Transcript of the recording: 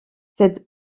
cette